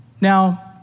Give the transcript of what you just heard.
Now